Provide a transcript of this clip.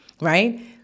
right